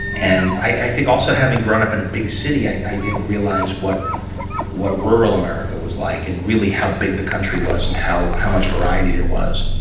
and i think also having grown up in a big city, i didn't realize what what rural america was like, and really how big the country was, and how how much variety there was.